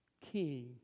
king